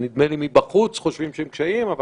שנדמה לי שמבחוץ חושבים שהם קשיים אבל